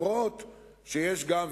אף-על-פי שיש גם,